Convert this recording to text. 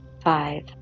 five